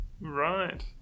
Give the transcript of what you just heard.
Right